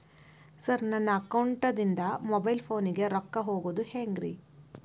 Sir ನನ್ನ ಅಕೌಂಟದಿಂದ mobile ಫೋನಿಗೆ ರೊಕ್ಕ ಹಾಕೋದು ಹೆಂಗ್ರಿ?